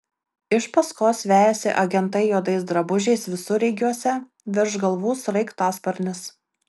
iš paskos vejasi agentai juodais drabužiais visureigiuose virš galvų sraigtasparnis